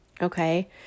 okay